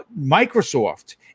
Microsoft